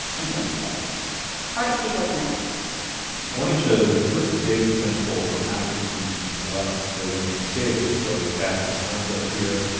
and you know and ah right steve what's next the morning shows the first big ten poll from apple tv plus they went big with both cast and concept here.